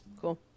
cool